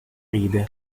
ride